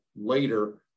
later